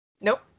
Nope